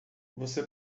você